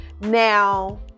Now